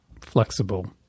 flexible